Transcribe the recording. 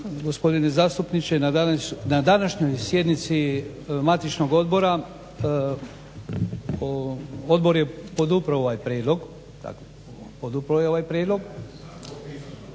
gospodine zastupniče, na današnjoj sjednici matičnog odbora odbor je podupro ovaj prijedlog